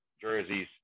jerseys